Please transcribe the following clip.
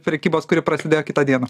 prekybos kuri prasidėjo kitą dieną